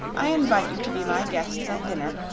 i invite you to be my guests at dinner,